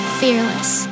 fearless